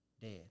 Dead